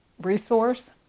resource